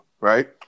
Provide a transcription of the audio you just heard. Right